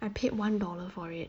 I paid one dollar for it